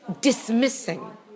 dismissing